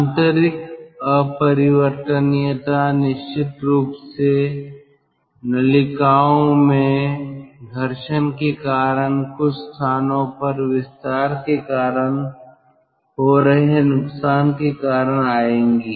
आंतरिक अपरिवर्तनीयता निश्चित रूप से नलिकाओं में घर्षण के कारण कुछ स्थानों पर विस्तार के कारण हो रहे नुकसान के कारण आएगी